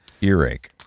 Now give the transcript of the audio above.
Earache